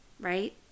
right